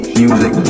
music